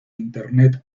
internet